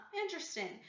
interesting